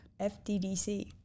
FDDC